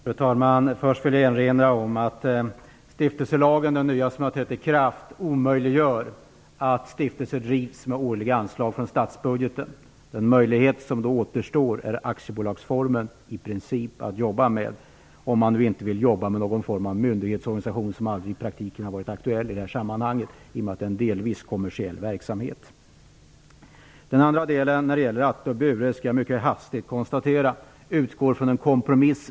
Fru talman! Först vill jag erinra om att den nya stiftelselagen som har trätt i kraft omöjliggör att stiftelser drivs med årliga anslag från statsbudgeten. Den möjlighet som då återstår att jobba med är aktiebolagsformen om man inte vill jobba med någon form av myndighetsorganisation. Det har i praktiken inte varit aktuellt i det här sammanhanget i och med att det delvis är en kommersiell verksamhet. När det gäller Atle och Bure kan jag mycket hastigt konstatera att där gäller det en kompromiss.